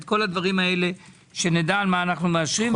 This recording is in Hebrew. את כל הדברים האלה שנדע מה אנו מאשרים.